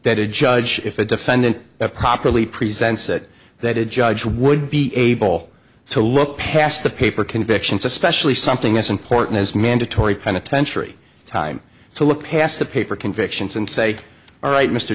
that a judge if a defendant properly presents it that a judge would be able to look past the paper convictions especially something as important as mandatory penitentiary time to look past the paper convictions and say all right mr